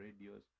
radios